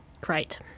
Great